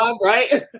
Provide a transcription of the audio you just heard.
Right